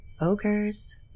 ogres